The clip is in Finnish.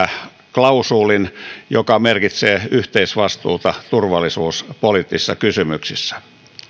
joka merkitsee yhteisvastuuta turvallisuuspoliittisissa kysymyksissä